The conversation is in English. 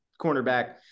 cornerback